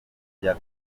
bya